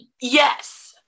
Yes